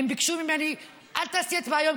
והם ביקשו ממני: אל תעשי הצבעה היום,